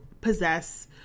possess